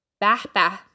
Bah-bah